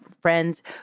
friends